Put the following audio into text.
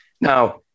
Now